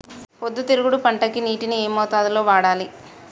పొద్దుతిరుగుడు పంటకి నీటిని ఏ మోతాదు లో వాడాలి?